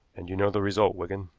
and you know the result, wigan.